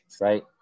right